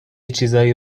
چیزایی